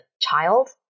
child